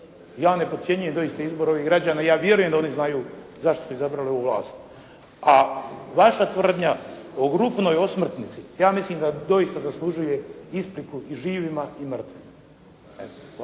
Ja ne podcjenjujem doista izbor ovih građana i ja vjerujem da oni znaju zašto su izabrali ovu vlas. A vaša tvrdnja o grupnoj osmrtnici, ja mislim da doista zaslužuje ispriku i živima i mrtvima.